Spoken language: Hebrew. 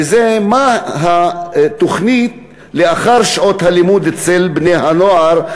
זה מה התוכנית לאחר שעות הלימוד אצל בני-הנוער,